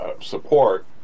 support